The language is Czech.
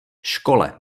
škole